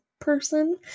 person